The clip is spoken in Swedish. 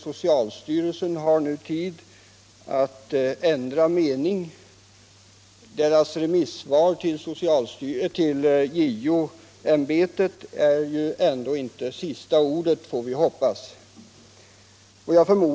Socialstyrelsen har nu tillfälle att ändra mening. Dess remissvar till JO-ämbetet är ändå inte sista ordet, får vi hoppas.